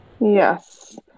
Yes